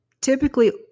typically